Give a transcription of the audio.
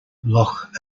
lough